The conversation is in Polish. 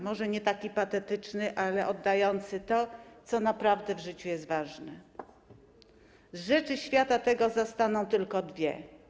Może nie patetyczny, ale oddający to, co naprawdę w życiu jest ważne: „Z rzeczy świata tego zostaną tylko dwie.